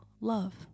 love